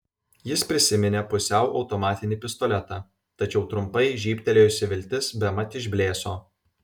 jis prisiminė pusiau automatinį pistoletą tačiau trumpai žybtelėjusi viltis bemat išblėso